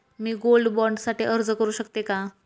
मी gold bond साठी अर्ज करु शकते का?